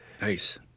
nice